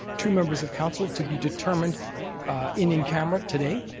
two members of council to be determined in in camera today.